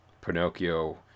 Pinocchio